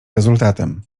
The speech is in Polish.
rezultatem